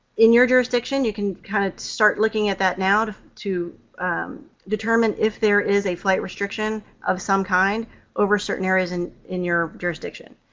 in your jurisdiction, you can kind of start looking at that now to determine if there is a flight restriction of some kind over certain areas and in your jurisdiction.